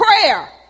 prayer